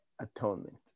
atonement